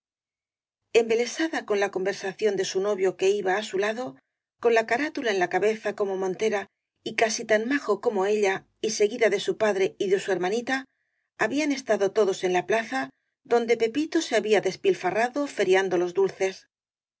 embelesada con la conversación de su novio que iba á su lado con la carátula en la cabeza co mo montera y casi tan majo como ella y seguida de su padre y de su hermanita habían estado to dos en la plaza donde pepito se había despilfarra do feriando los dulces